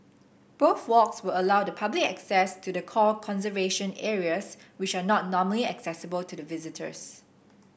both walks will allow the public access to the core conservation areas which are not normally accessible to the visitors